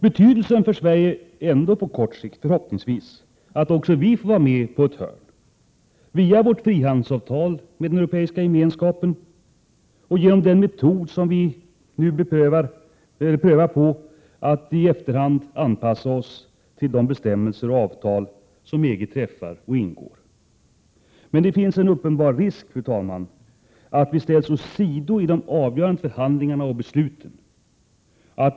Betydelsen av detta för Sverige är ändå på kort sikt att också vi förhoppningsvis får vara med på ett hörn — via vårt frihandelsavtal med den europeiska gemenskapen och genom den metod som vi nu prövar, att i efterhand anpassa oss till de bestämmelser som EG inför och de avtal som EG träffar. Men det finns en uppenbar risk, fru talman, att vi ställs åsido i de avgörande förhandlingarna och besluten.